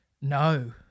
No